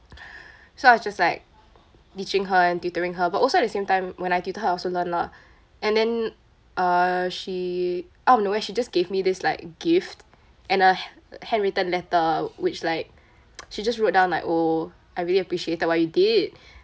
so I was just like teaching her and tutoring her but also at the same time when I tutor her I also learn lah and then err she out of nowhere she just gave me this like gift and a ha~ handwritten letter which like she just wrote down like oh I really appreciated what you did